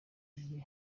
igihe